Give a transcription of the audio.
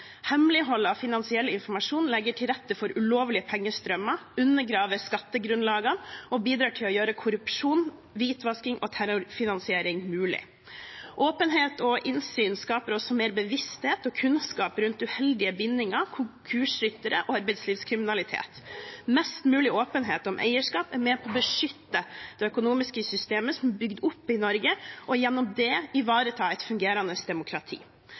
Hemmelighold av finansiell informasjon legger til rette for ulovlige pengestrømmer, undergraver skattegrunnlagene og bidrar til å gjøre korrupsjon, hvitvasking og terrorfinansiering mulig. Åpenhet og innsyn skaper også mer bevissthet og kunnskap rundt uheldige bindinger, konkursryttere og arbeidslivskriminalitet. Mest mulig åpenhet om eierskap er med på å beskytte det økonomiske systemet som er bygd opp i Norge, og gjennom det ivareta et fungerende demokrati.